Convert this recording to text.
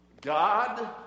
God